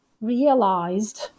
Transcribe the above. realized